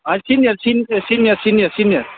होइन सिनियर सिन senior senior senior